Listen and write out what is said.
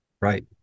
Right